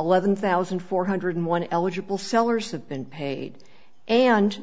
eleven thousand four hundred one eligible sellers have been paid and